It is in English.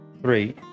three